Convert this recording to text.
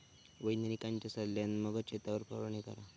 वैज्ञानिकांच्या सल्ल्यान मगच शेतावर फवारणी करा